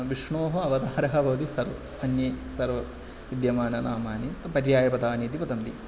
विष्णोः अवतारः भवति सर्वे अन्ये सर्वे विद्यमानानि नामानि पर्यायपदानि इति वदन्ति